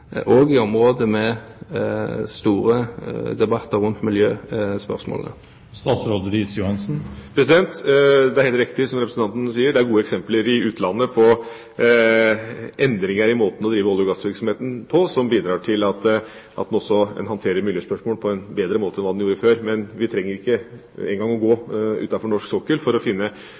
i områder der det er stor debatt rundt miljøspørsmålene? Det er helt riktig som representanten sier, at det er gode eksempler i utlandet på endringer i måten å drive olje- og gassvirksomheten på som bidrar til at en også håndterer miljøspørsmål på en bedre måte enn man gjorde før. Men vi trenger ikke engang å gå utenfor norsk sokkel for å